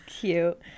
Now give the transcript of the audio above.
cute